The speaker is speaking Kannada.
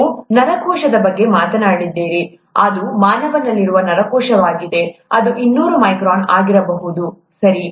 ನೀವು ನರಕೋಶದ ಬಗ್ಗೆ ಮಾತನಾಡಿದರೆ ಅದು ಮಾನವರಲ್ಲಿನ ನರಕೋಶವಾಗಿದೆ ಅದು ಇನ್ನೂರು ಮೈಕ್ರಾನ್ ಆಗಿರಬಹುದು ಸರಿ